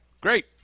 Great